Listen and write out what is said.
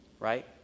right